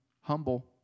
humble